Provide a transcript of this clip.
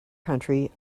country